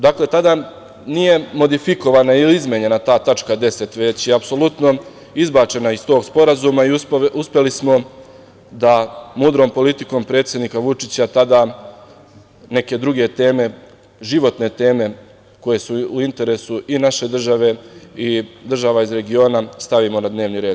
Dakle, tada nije modifikovana ili izmenjena ta tačka 10. već je apsolutno izbačena iz tog sporazuma i uspeli smo da mudrom politikom predsednika Vučića, tada neke druge teme, životne teme koje su interesu i naše države i država iz regiona stavimo na dnevni red.